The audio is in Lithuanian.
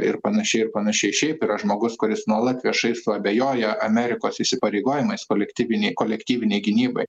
ir panašiai ir panašiai šiaip yra žmogus kuris nuolat viešai suabejoja amerikos įsipareigojimais kolektyvinei kolektyvinei gynybai